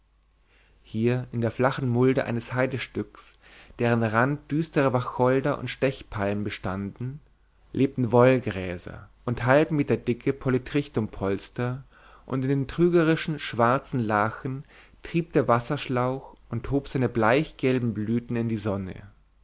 hier in der flachen mulde eines heidestücks deren rand düstere wacholder und stechpalmen bestanden lebten wollgräser und halbmeterdicke polytrichumpolster und in den trügerischen schwarzen lachen trieb der wasserschlauch und hob seine bleichgelben blüten in die sonne